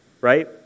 right